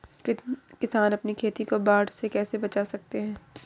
किसान अपनी खेती को बाढ़ से कैसे बचा सकते हैं?